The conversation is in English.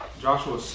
Joshua